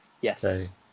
Yes